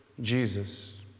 Jesus